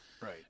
Right